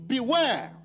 Beware